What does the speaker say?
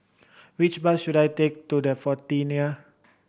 which bus should I take to The